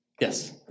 Yes